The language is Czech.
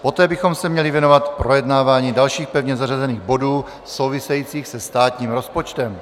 Poté bychom se měli věnovat projednávání dalších pevně zařazených bodů souvisejících se státním rozpočtem.